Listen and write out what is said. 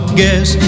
guess